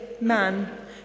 man